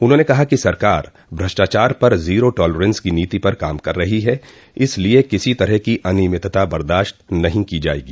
उन्होंने कहा कि सरकार भ्रष्टाचार पर ज़ीरों टॉलरेन्स की नीति पर काम रही है इस लिए किसी तरह की अनियमितता बर्दाश्त नहीं की जायेगी